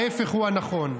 ההפך הוא הנכון.